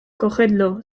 cogedlo